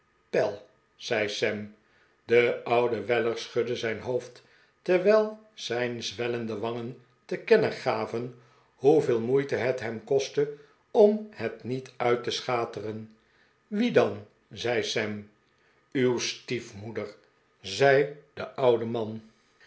pell zei sam de oude weller schudde zijn hoofd terwijl zijn zwellende wangen te kennen gaven hoeveel moeite bet hem kostte om het niet uit te schateren wie dan zei sam uw stiefmoeder zei de oude man